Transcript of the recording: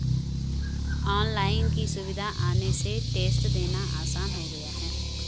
online की सुविधा आने से टेस्ट देना आसान हो गया है